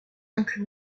inclut